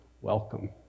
welcome